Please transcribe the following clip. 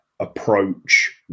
approach